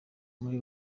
muri